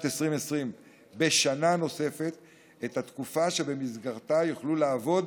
2020 בשנה נוספת את התקופה שבמסגרתה יוכלו לעבוד